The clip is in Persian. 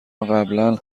قبلنا